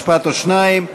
משפט או שניים,